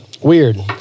Weird